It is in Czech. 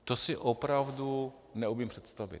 To si opravdu neumím představit.